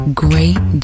great